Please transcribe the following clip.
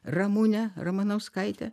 ramunę ramanauskaitę